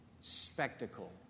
spectacle